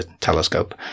telescope